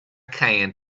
can